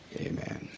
amen